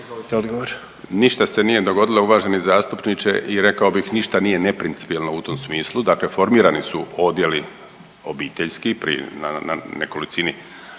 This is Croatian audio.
odgovor.